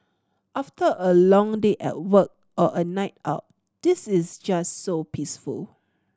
after a long day at work or a night out this is just so peaceful